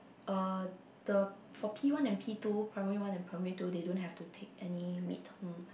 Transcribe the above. uh the for P one and P two primary one and primary two they don't have to take any mid term